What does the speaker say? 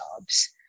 jobs